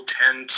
tend